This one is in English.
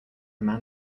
man